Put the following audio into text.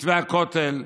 מתווה הכותל,